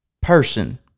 person